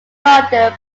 london